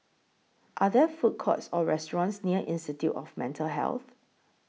Are There Food Courts Or restaurants near Institute of Mental Health